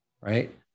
right